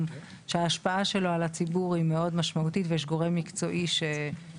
וכיום ברירת המחדל בחוק אויר נקי היא להשתמש בטובה מבין כולן,